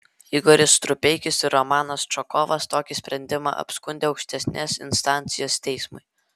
igoris strupeikis ir romanas čokovas tokį sprendimą apskundė aukštesnės instancijos teismui